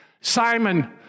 Simon